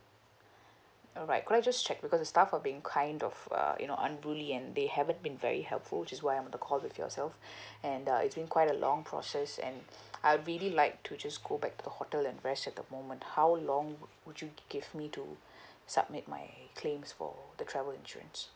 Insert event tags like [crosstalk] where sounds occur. alright could I just check because the staff are being kind of uh you know unruly and they haven't been very helpful which is why I'm in a call with yourself [breath] and uh it's been quite a long process and [breath] I really like to just go back to the hotel and rest at the moment how long would would you gi~ give me to [breath] submit my claims for the travel insurance